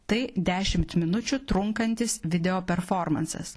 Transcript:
tai dešimt minučių trunkantis video performansas